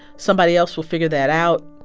somebody else will figure that out.